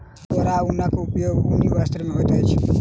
angora ऊनक उपयोग ऊनी वस्त्र में होइत अछि